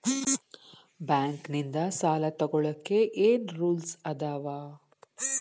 Bank ನಿಂದ್ ಸಾಲ ತೊಗೋಳಕ್ಕೆ ಏನ್ ರೂಲ್ಸ್ ಅದಾವ?